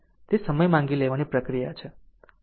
અને તે સમય માંગી લેવાની પ્રક્રિયા છે